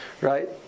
right